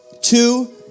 Two